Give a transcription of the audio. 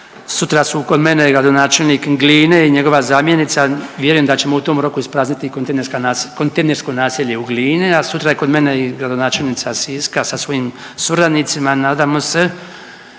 sutra su kod mene i gradonačelnik Gline i njegova zamjenica, vjerujem da ćemo u tom roku isprazniti i kontejnerska naselja, kontejnersko naselje u Glini a sutra je kod mene i gradonačelnica Siska sa svojim suradnicima. Nadamo se